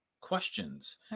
questions